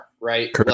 right